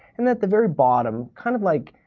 and at the very bottom, kind of like,